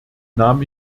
nahm